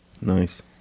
Nice